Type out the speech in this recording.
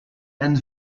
and